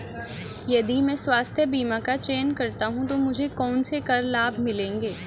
यदि मैं स्वास्थ्य बीमा का चयन करता हूँ तो मुझे कौन से कर लाभ मिलेंगे?